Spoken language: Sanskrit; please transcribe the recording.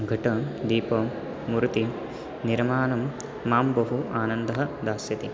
घटः दीपः मूर्तिः निर्माणं मां बहु आनन्दः दास्यति